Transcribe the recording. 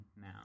now